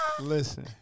Listen